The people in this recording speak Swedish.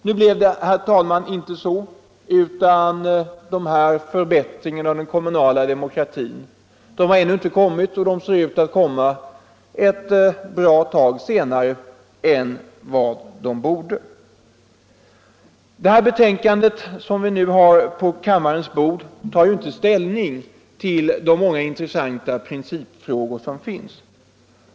Nu blev det inte så; förbättringarna av den kommunala demokratin har ännu inte kommit, och de ser ut att komma ett bra tag senare än vad de borde göra. Det betänkande som vi nu behandlar tar inte ställning till de många intressanta principfrågor som finns.